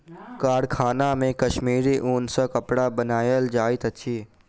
कारखाना मे कश्मीरी ऊन सॅ कपड़ा बनायल जाइत अछि